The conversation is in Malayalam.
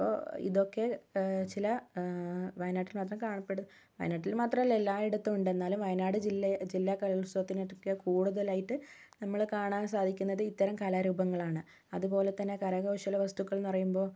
അപ്പോൾ ഇതൊക്കെ ചില വയനാട്ടിൽ മാത്രം കാണപ്പെടുന്ന വയനാട്ടിൽ മാത്രമല്ല എല്ലായിടത്തും ഉണ്ട് എന്നാലും വയനാട് ജില്ല കലോത്സവത്തിനൊക്കെ കൂടുതലായിട്ട് നമ്മൾ കാണാൻ സാധിക്കുന്നത് ഇത്തരം കലാരൂപങ്ങളാണ് അതുപോലെതന്നെ കരകൗശല വസ്തുക്കൾ എന്നു പറയുമ്പോൾ